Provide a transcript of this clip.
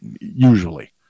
Usually